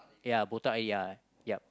ya botak already ya yup